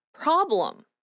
problem